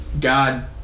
God